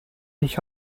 ich